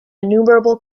innumerable